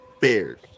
Bears